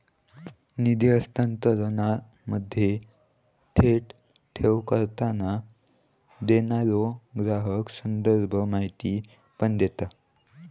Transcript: निधी हस्तांतरणामध्ये, थेट ठेव करताना, देणारो ग्राहक संदर्भ माहिती पण देता